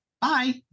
bye